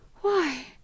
Why